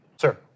Sir